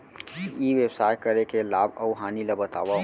ई व्यवसाय करे के लाभ अऊ हानि ला बतावव?